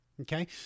okay